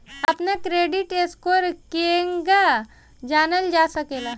अपना credit score केगा जानल जा सकेला?